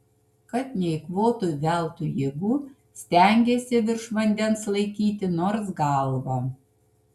kad neeikvotų veltui jėgų stengėsi virš vandens laikyti nors galvą